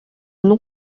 nom